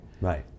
Right